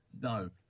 no